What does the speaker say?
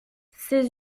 ses